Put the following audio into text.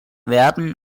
werden